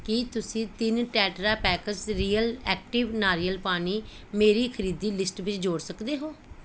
ਕੀ ਤੁਸੀਂ ਤਿੰਨ tetrapacks Real Activ ਨਾਰੀਅਲ ਪਾਣੀ ਮੇਰੀ ਖਰੀਦੀ ਲਿਸਟ ਵਿੱਚ ਜੋੜ ਸਕਦੇ ਹੋ